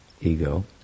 ego